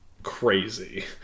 crazy